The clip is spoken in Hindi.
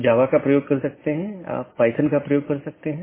दूसरे अर्थ में यह ट्रैफिक AS पर एक लोड है